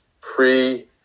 pre